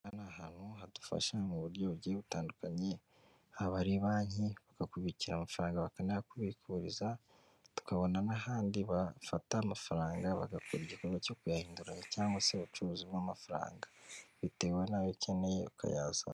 Aha ni ahantu hadufasha mu buryo bugiye butandukanye, haba ari banki, bakubikira amafaranga bakanayakubiguriza, tukabona n'ahandi bafata amafaranga bagakora igikorwa cyo kuyahindura cyangwa se ubucuruzi bw'amafaranga, bitewe n'ayo ukeneye ukayazana.